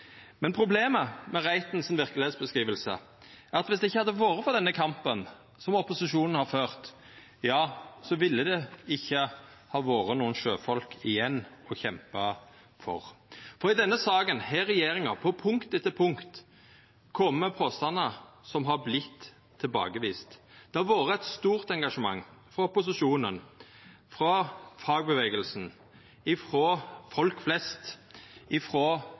men han er like fullt sann. Problemet med Reitens verkelegheitsbeskriving er at dersom det ikkje hadde vore for denne kampen som opposisjonen har ført – ja, så ville det ikkje ha vore nokon sjøfolk igjen å kjempa for. I denne saka har regjeringa på punkt etter punkt kome med påstandar som har vorte tilbakeviste. Det har vore eit stort engasjement, frå opposisjonen, frå fagrørsla, frå folk flest,